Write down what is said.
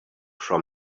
from